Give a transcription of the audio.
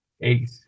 eight